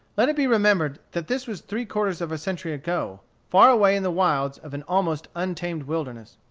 let it be remembered that this was three quarters of a century ago, far away in the wilds of an almost untamed wilderness.